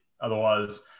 otherwise